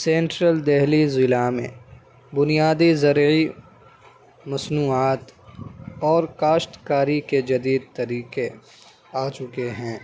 central Delhi ضلع میں بنیادی زرعی مصنوعات اور کاشت کاری کے جدید طریقے آ چکے ہیں